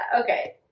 okay